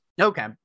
Okay